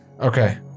Okay